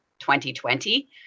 2020